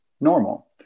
normal